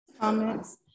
comments